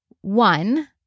one